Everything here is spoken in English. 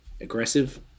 aggressive